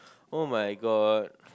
oh-my-god